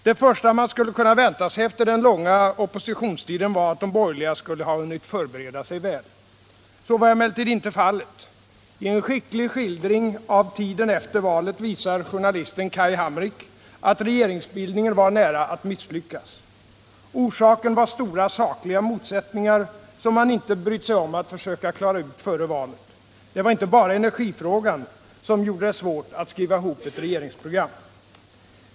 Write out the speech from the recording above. Det första man kunde vänta sig efter den långa oppositionstiden var att de borgerliga skulle ha hunnit förbereda sig väl. Så var emellertid inte fallet. I en skicklig skildring av tiden efter valet visar journalisten Kai Hammerich att regeringsbildningen var nära att misslyckas. Orsaken var stora sakliga motsättningar, som man inte brytt sig om att försöka klara ut före valet. Det var inte bara energifrågan som gjorde det svårt att skriva ihop ett regeringsprogram.